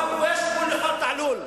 יש גבול לכל תעלול,